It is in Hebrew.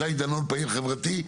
שי דנון פעיל חברתי,